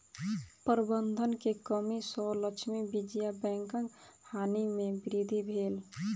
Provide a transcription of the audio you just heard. प्रबंधन के कमी सॅ लक्ष्मी विजया बैंकक हानि में वृद्धि भेल